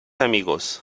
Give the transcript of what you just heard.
amigos